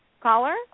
Caller